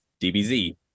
DBZ